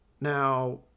Now